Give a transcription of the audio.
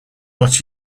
what